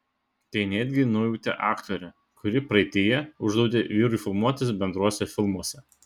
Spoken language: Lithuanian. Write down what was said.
tai netgi nujautė aktorė kuri praeityje uždraudė vyrui filmuotis bendruose filmuose